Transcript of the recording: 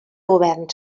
govern